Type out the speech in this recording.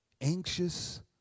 anxious